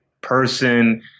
person